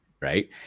right